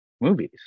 movies